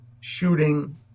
shooting